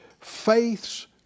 Faith's